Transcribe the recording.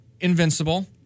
invincible